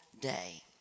day